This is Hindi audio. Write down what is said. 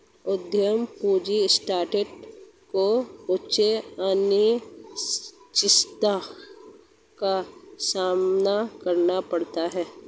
उद्यम पूंजी स्टार्टअप को उच्च अनिश्चितता का सामना करना पड़ता है